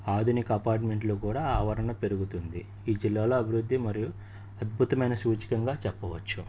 ఆధునిక అపార్ట్మెంట్లు కూడా ఆదరణ పెరుగుతుంది ఈ జిల్లాలో అభివృద్ధి మరియు అద్భుతమైన సూచకంగా చెప్పవచ్చు